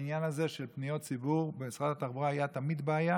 בעניין הזה של פניות ציבור במשרד התחבורה הייתה תמיד בעיה,